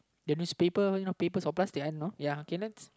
the newspaper one you know papers or plus did I know ya K next